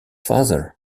father